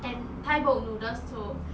and thai boat noodles too